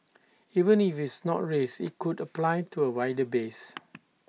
even if it's not raised IT could apply to A wider base